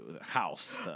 House